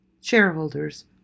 shareholders